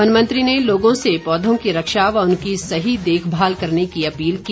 one मंत्री ने लोगों से पौधों की रक्षा व उनकी सही देखभाल करने की अपील की